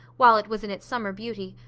while it was in its summer beauty.